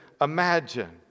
imagine